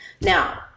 Now –